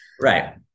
Right